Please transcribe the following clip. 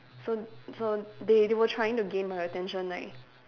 so so they they were trying to gain my attention like